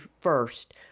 first